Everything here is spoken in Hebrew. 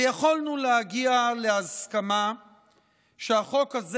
ויכולנו להגיע להסכמה שהחוק הזה,